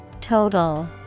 Total